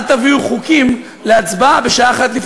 אל תביאו חוקים להצבעה בשעה 01:00,